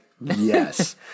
Yes